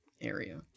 area